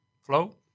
flow